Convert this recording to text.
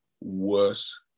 worse